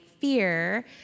fear